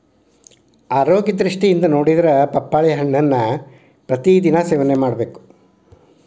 ಆರೋಗ್ಯ ದೃಷ್ಟಿಯಿಂದ ನೊಡಿದ್ರ ಪಪ್ಪಾಳಿ ಹಣ್ಣನ್ನಾ ಪ್ರತಿ ದಿನಾ ಸೇವನೆ ಮಾಡಬೇಕ